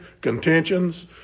contentions